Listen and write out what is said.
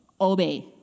obey